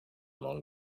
among